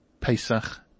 Pesach